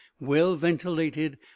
well-ventilated